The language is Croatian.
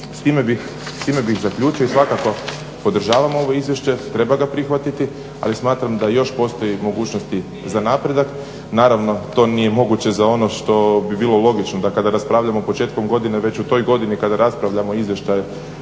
s time bih zaključio i svakako podržavam ovo izvješće, treba ga prihvatiti, ali smatram da još postoji mogućnosti za napredak. Naravno to nije moguće za ono što bi bilo logično da kada raspravljamo početkom godine već u toj godini kada raspravljamo izvještaj